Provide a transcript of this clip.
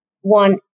one